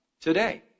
today